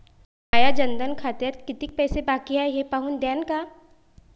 माया जनधन खात्यात कितीक पैसे बाकी हाय हे पाहून द्यान का?